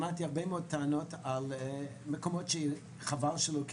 שמעתי הרבה מאוד טענות על מקומות שחבל שלא קיבלו חינוך אולי קצת